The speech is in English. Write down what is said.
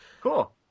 Cool